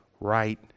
right